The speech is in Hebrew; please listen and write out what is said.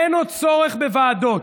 אין עוד צורך בוועדות.